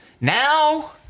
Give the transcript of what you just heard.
Now